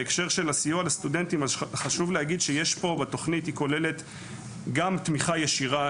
בהקשר של הסיוע לסטודנטים חשוב להגיד שהתוכנית כוללת גם תמיכה ישירה,